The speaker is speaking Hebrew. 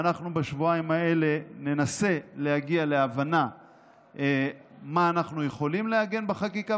ואנחנו בשבועיים האלה ננסה להגיע להבנה מה אנחנו יכולים לעגן בחקיקה,